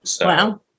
Wow